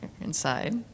inside